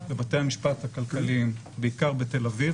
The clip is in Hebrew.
בבתי המשפט הכלכליים בעיקר בתל אביב,